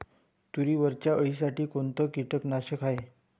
तुरीवरच्या अळीसाठी कोनतं कीटकनाशक हाये?